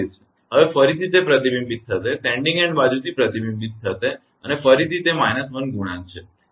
હવે ફરીથી તે પ્રતિબિંબિત થશે સેન્ડીંગ એન્ડ બાજુથી પ્રતિબિંબિત થશે અને ફરીથી તે −1 ગુણાંક છે